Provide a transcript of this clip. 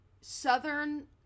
southern